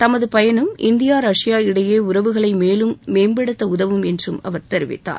தமது பயணம் India Russia இடையே உறவுகளை மேலும் மேம்படுத்த உதவும் என்றும் அவர் தெரிவித்தார்